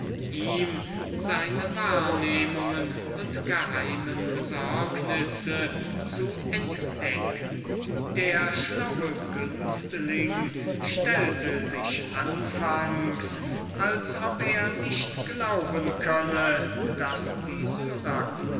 ihm seine wahrnehmungen und geheime besorgnisse zu entdecken der schlaue günstling stellte sich anfangs als ob er nicht glauben könne daß die